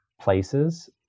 places